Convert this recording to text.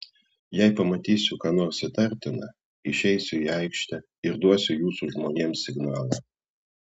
jei pamatysiu ką nors įtartina išeisiu į aikštę ir duosiu jūsų žmonėms signalą